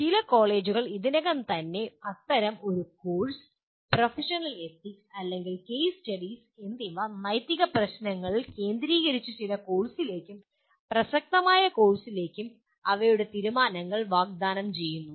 ചില കോളേജുകൾ ഇതിനകം തന്നെ അത്തരം ഒരു കോഴ്സ് പ്രൊഫഷണൽ എത്തിക്സ് അല്ലെങ്കിൽ കേസ് സ്റ്റഡീസ് എന്നിവ നൈതിക പ്രശ്നങ്ങളിൽ കേന്ദ്രീകരിച്ച് ചില കോഴ്സുകളിലേക്കും പ്രസക്തമായ കോഴ്സുകളിലേക്കും അവയുടെ തീരുമാനങ്ങൾ വാഗ്ദാനം ചെയ്യുന്നു